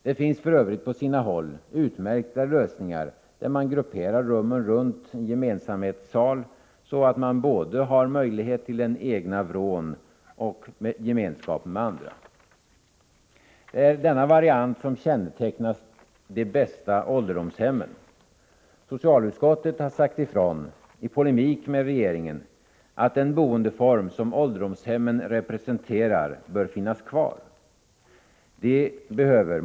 Det finns för övrigt på sina håll utmärkta lösningar, där man grupperar rummen runt en gemensamhetssal, så att man har möjlighet till både den egna vrån och gemenskapen med andra. Det är denna variant som kännetecknat de bästa ålderdomshemmen. Socialutskottet har sagt ifrån — i polemik med regeringen — att den boendeform som ålderdomshemmen representerar bör finnas kvar.